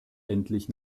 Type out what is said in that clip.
endlich